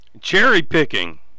cherry-picking